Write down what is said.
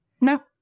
No